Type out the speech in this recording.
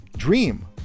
dream